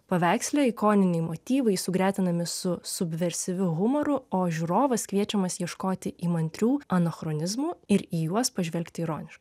paveiksle ikoniniai motyvai sugretinami su subvresyviu humoru o žiūrovas kviečiamas ieškoti įmantrių anachronizmų ir į juos pažvelgti ironiškai